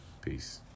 Peace